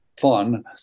fun